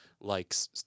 likes